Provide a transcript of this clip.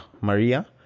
Maria